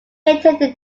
attended